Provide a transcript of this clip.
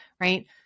right